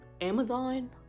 Amazon